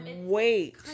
wait